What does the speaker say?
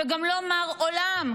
וגם לא מר עולם,